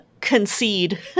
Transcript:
concede